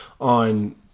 on